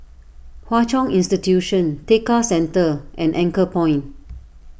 Hwa Chong Institution Tekka Centre and Anchorpoint